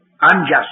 unjust